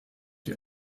die